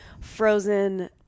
frozen